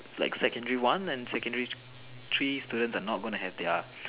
like secondary one and secondary three students are not going to have their